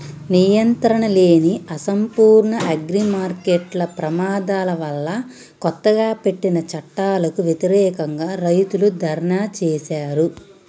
నియంత్రణలేని, అసంపూర్ణ అగ్రిమార్కెట్ల ప్రమాదాల వల్లకొత్తగా పెట్టిన చట్టాలకు వ్యతిరేకంగా, రైతులు ధర్నా చేశారు